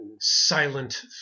silent